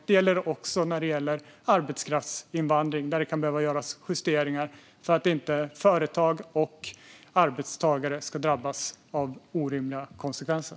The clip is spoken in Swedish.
Det gäller även arbetskraftsinvandring, där det kan behöva göras justeringar för att inte företag och arbetstagare ska drabbas av orimliga konsekvenser.